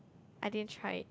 I didn't try it